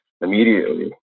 immediately